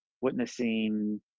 witnessing